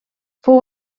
fou